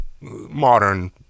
modern